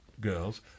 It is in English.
girls